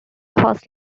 coast